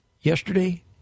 yesterday